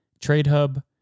Tradehub